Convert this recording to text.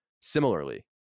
similarly